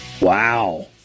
Wow